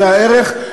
זה הערך.